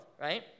right